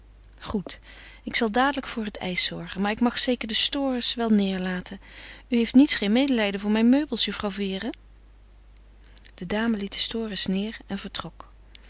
goed ik zal dadelijk voor het ijs zorgen maar ik mag zeker de stores wel neêrlaten u heeft niets geen medelijden voor mijn meubels juffrouw vere de dame liet de stores neêr en vertrok